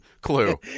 clue